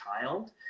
child